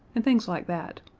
and things like that.